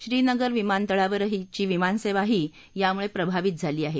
श्रीनगर विमानतळावरही विमान सेवाही यामुळे प्रभावित झाली आहे